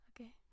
Okay